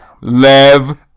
Lev